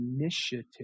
initiative